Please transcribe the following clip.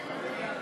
סעיפים 1 2